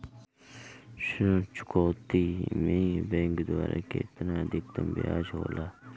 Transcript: ऋण चुकौती में बैंक द्वारा केतना अधीक्तम ब्याज होला?